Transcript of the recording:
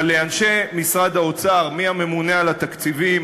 אבל אנשי משרד האוצר, מהממונה על התקציבים